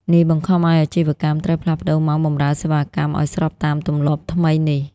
នេះបង្ខំឱ្យអាជីវកម្មត្រូវផ្លាស់ប្តូរម៉ោងបម្រើសេវាកម្មឱ្យស្របតាមទម្លាប់ថ្មីនេះ។